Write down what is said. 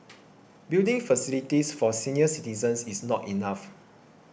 building facilities for senior citizens is not enough